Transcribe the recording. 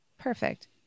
perfect